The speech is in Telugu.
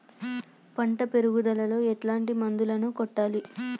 పంట పెరుగుదలలో ఎట్లాంటి మందులను కొట్టాలి?